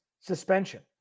suspension